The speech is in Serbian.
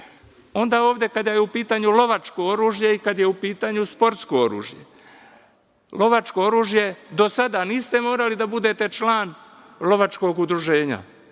ispočetka. Kada je u pitanju lovačko oružje i kada je u pitanju sportsko oružje, za lovačko oružje do sada niste morali da budete član lovačkog udruženja.